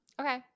okay